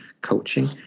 coaching